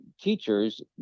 teachers